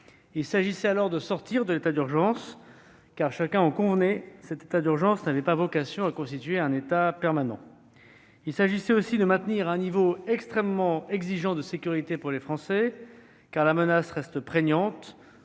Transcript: Il s'agissait alors de sortir de l'état d'urgence, car, chacun en convenait, cet état d'urgence n'avait pas vocation à être permanent. Il s'agissait aussi de maintenir un niveau extrêmement exigeant de sécurité pour les Français, car la menace reste prégnante